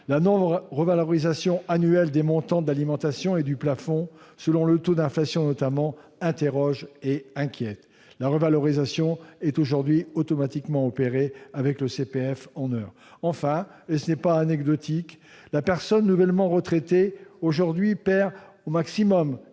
La non-revalorisation annuelle des montants de l'alimentation et du plafond du CPF, selon le taux d'inflation notamment, interroge et inquiète. La revalorisation est aujourd'hui automatiquement opérée avec le CPF en heures. Enfin- et ce n'est pas anecdotique -, une personne nouvellement retraitée perd, aujourd'hui, au maximum